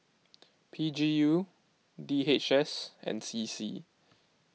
P G U D H S and C C